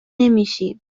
نمیشیم